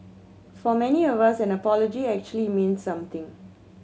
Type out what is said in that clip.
for many of us an apology actually means something